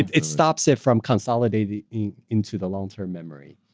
it stops it from consolidating into the long-term memory.